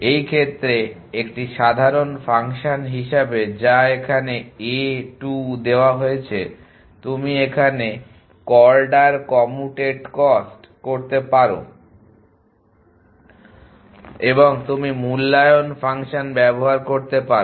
এই ক্ষেত্রে একটি সাধারণ ফাংশন হিসাবে যা এখানে a 2 দেওয়া হয়েছে তুমি এখানে অর্ডার কম্যুটেট কস্ট করতে পারো এবং তুমি মূল্যায়ন ফাংশন ব্যবহার করতে পারো